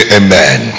amen